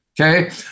okay